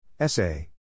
Essay